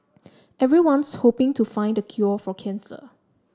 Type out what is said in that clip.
everyone's hoping to find the cure for cancer